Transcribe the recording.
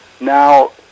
Now